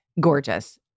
gorgeous